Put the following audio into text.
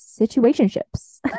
situationships